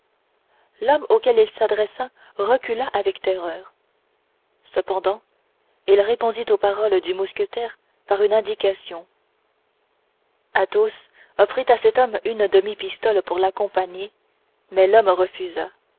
l'homme auquel il s'adressait recula avec terreur cependant il répondit aux paroles du mousquetaire par une indication athos offrit à cet homme une demi pistole pour l'accompagner mais l'homme refusa